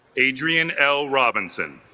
adriane l. robinson